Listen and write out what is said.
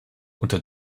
unter